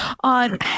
On